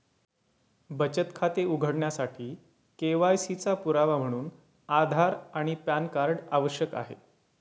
बचत खाते उघडण्यासाठी के.वाय.सी चा पुरावा म्हणून आधार आणि पॅन कार्ड आवश्यक आहे